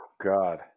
God